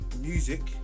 music